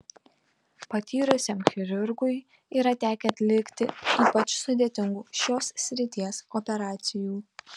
patyrusiam chirurgui yra tekę atlikti ypač sudėtingų šios srities operacijų